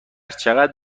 چقدر